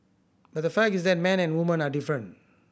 but the fact is that men and woman are different